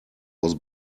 was